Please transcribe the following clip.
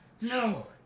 No